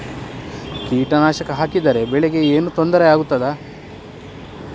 ಕೀಟನಾಶಕ ಹಾಕಿದರೆ ಬೆಳೆಗೆ ಏನಾದರೂ ತೊಂದರೆ ಆಗುತ್ತದಾ?